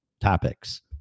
topics